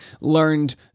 learned